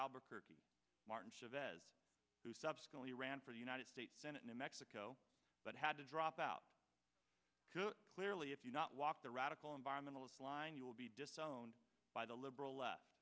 albuquerque martin chavez who subsequently ran for the united states senate in mexico but had to drop out clearly if you not walk the radical environmentalist line you will be disowned by the liberal le